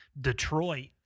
Detroit